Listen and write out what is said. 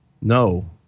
No